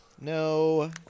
No